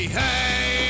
hey